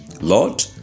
Lord